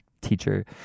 teacher